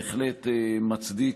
בהחלט מצדיק,